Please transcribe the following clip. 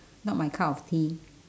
not my cup of tea